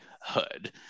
hood